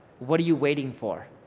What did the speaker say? what are you waiting for.